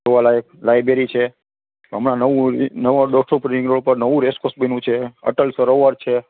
જોવાલાયક લાઈબ્રેરી છે હમણાં નવું નવો દોઢસો ફૂટ રિંગ રોડ ઉપર નવું રેસકોર્સ બન્યું છે અટલ સરોવર છે